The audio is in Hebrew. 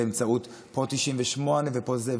באמצעות פה 98 ופה זה.